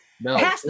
No